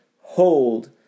hold